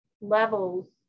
levels